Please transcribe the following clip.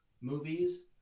movies